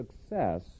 success